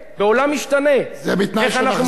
איך אנחנו מקיימים את התקשורת במשטר דמוקרטי.